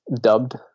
dubbed